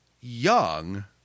young